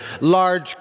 large